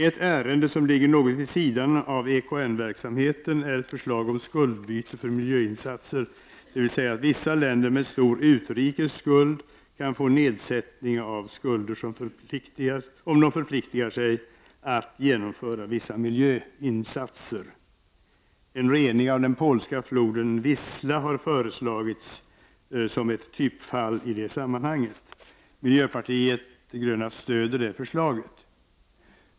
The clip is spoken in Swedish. Ett ärende som ligger något vid sidan av EKN-verksamheten är förslaget om skuldbyte för miljöinsatser, dvs. att vissa länder med stor utrikes skuld kan få nedsättning av skulden om de förpliktigar sig att genomföra vissa miljöinsatser. En rening av den polska floden Wisla har föreslagits som ett typfall i sammanhanget. Miljöpartiet de gröna stöder det förslaget.